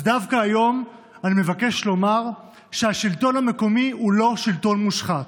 אז דווקא היום אני מבקש לומר שהשלטון המקומי הוא לא שלטון מושחת.